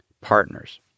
partners